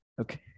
Okay